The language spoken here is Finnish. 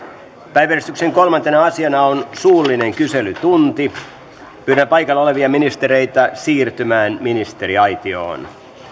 päiväjärjestyksen kolmantena asiana on suullinen kyselytunti pyydän paikalla olevia ministereitä siirtymään ministeriaitioon